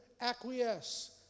acquiesce